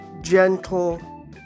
gentle